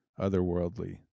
otherworldly